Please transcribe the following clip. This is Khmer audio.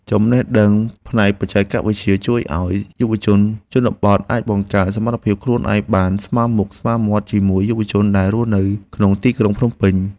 ចំណេះដឹងផ្នែកបច្ចេកវិទ្យាជួយឱ្យយុវជនជនបទអាចបង្កើនសមត្ថភាពខ្លួនឯងបានស្មើមុខស្មើមាត់ជាមួយយុវជនដែលរស់នៅក្នុងទីក្រុងភ្នំពេញ។